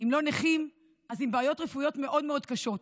אם לא נכים אז עם בעיות רפואיות מאוד מאוד קשות.